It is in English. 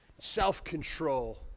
self-control